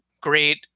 great